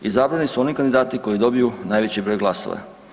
Izabrani su oni kandidati koji dobiju najveći broj glasova.